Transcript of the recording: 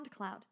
SoundCloud